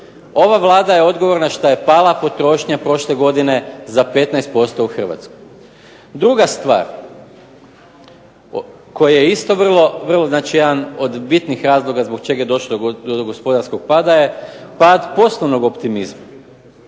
Ova Vlada je odgovorna što je pala potrošnja prošle godine za 15% u Hrvatskoj. Druga stvar, koja je isto vrlo, znači jedan od bitnih razloga zbog čega je došlo do gospodarskog pada je, pad poslovnog optimizma.